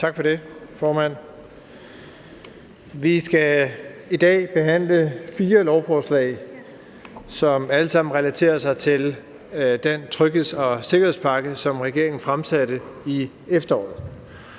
Tak for det, formand. Vi skal i dag behandle fire lovforslag, som alle sammen relaterer sig til den trygheds- og sikkerhedspakke, som regeringen fremsatte i efteråret,